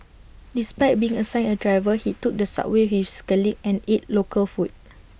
despite being assigned A driver he took the subway with his colleagues and ate local food